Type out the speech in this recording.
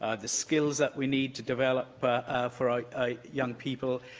ah the skills that we need to develop for our young people,